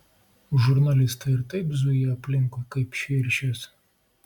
žurnalistai ir taip zuja aplinkui kaip širšės